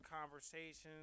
conversations